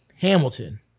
Hamilton